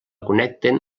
connecten